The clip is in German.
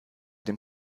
dem